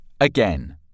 Again